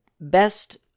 best